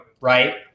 right